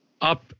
up